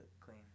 clean